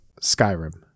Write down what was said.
Skyrim